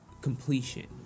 completion